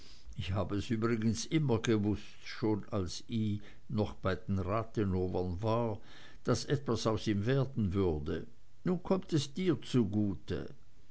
ich habe es übrigens immer gewußt schon als i noch bei den rathenowern war daß etwas aus ihm werden würde nun kommt es dir zugute